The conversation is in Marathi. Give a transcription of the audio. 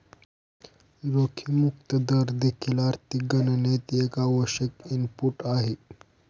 जोखीम मुक्त दर देखील आर्थिक गणनेत एक आवश्यक इनपुट आहे